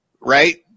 right